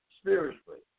Spiritually